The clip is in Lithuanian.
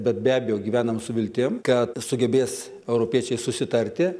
bet be abejo gyvenam su viltim kad sugebės europiečiai susitarti